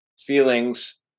feelings